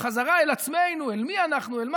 חזרה אל עצמנו, אל מי אנחנו, אל מה.